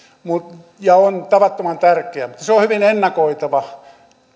ja on tavattoman tärkeä se on hyvin ennakoitava